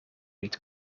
niet